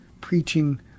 preaching